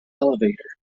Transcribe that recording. elevator